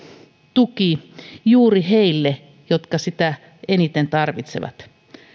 tuki juuri heille jotka sitä eniten tarvitsevat